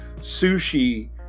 sushi